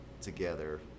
together